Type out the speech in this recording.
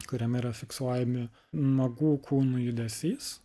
kuriame yra fiksuojami nuogų kūnų judesys